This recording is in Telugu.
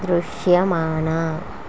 దృశ్యమాన